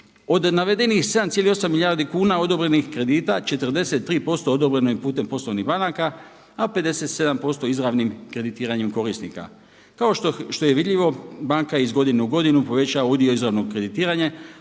Od navedenih 7,8 milijardi kuna odobrenih kredita 43% odobreno je putem poslovnih banaka, a 57% izravnim kreditiranjem korisnika. Kako što je i vidljivo banka je iz godine u godinu povećava udio izravnog kreditiranja